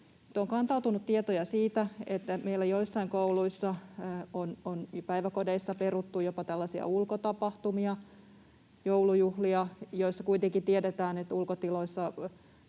on kantautunut tietoja siitä, että meillä joissain kouluissa, päiväkodeissa on peruttu jopa ulkotapahtumia, joulujuhlia, joista kuitenkin tiedetään, että ulkotiloissa